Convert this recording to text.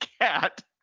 cat